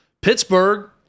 Pittsburgh